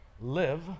live